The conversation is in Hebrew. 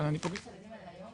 אבל אני פוגשת את הילדים האלה היום